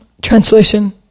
translation